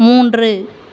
மூன்று